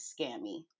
scammy